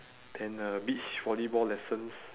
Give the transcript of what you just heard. then uh beach volleyball lessons